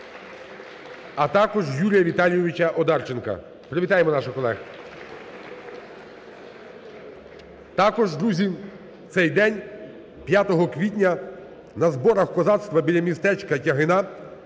а також Юрія Віталійовича Одарченка. Привітаємо наших колег.